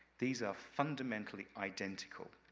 these are fundamentally identical.